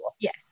Yes